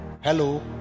Hello